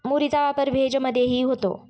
मुरीचा वापर भेज मधेही होतो